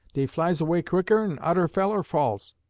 dey flies away quickern odder feller falls.